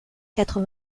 quatre